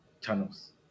channels